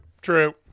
true